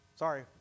Sorry